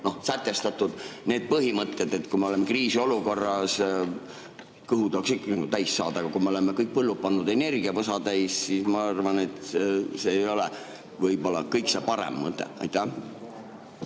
sätestatud need põhimõtted, et kui me oleme kriisiolukorras, kõhu tahaks ikkagi nagu täis saada, aga kui me oleme kõik põllud pannud energiavõsa täis, siis ma arvan, et see ei ole võib-olla kõige parem mõte. Tänan,